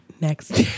Next